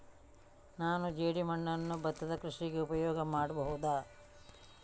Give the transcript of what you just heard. ನಾನು ಜೇಡಿಮಣ್ಣನ್ನು ಭತ್ತದ ಕೃಷಿಗೆ ಉಪಯೋಗ ಮಾಡಬಹುದಾ?